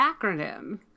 acronym